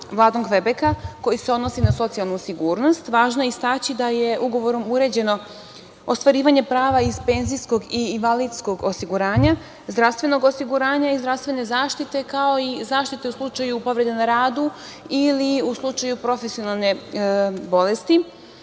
Vladom Kvebeka, koji se odnosi na socijalnu sigurnost, važno je istaći da je ugovorom uređeno ostvarivanje prava iz penzijskog i invalidskog osiguranja, zdravstvenog osiguranja i zdravstvene zaštite, kao i zaštite u slučaju povrede na radu ili u slučaju profesionalne bolesti.